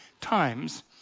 times